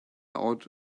out